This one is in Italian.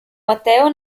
matteo